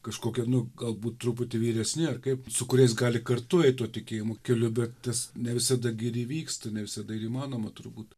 kažkokie nu galbūt truputį vyresni ar kaip su kuriais gali kartu eit tuo tikėjimo keliu bet tas ne visada gi ir įvyksta ne visada ir įmanoma turbūt